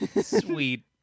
Sweet